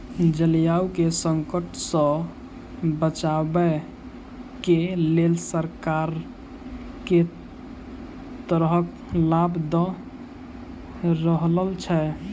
जलवायु केँ संकट सऽ बचाबै केँ लेल सरकार केँ तरहक लाभ दऽ रहल छै?